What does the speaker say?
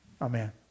Amen